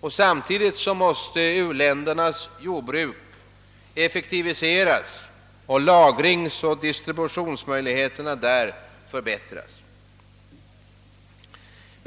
och samtidigt måste u-ländernas jordbruk effektiviseras och lagringsoch distributionsmöjligheterna där förbättras.